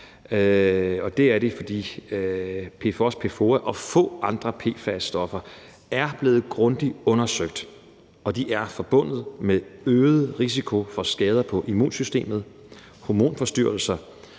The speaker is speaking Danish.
Det er de, fordi PFOS, PFOA og få andre PFAS-stoffer er blevet grundigt undersøgt og er forbundet med øget risiko for skader på immunsystemet, hormonforstyrrelser,